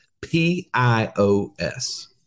P-I-O-S